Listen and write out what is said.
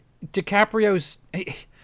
dicaprio's